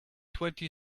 twenty